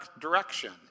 direction